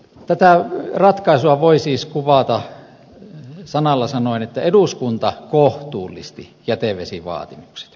tätä ratkaisua voi siis kuvata sanalla sanoen että eduskunta kohtuullisti jätevesivaatimukset